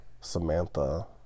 Samantha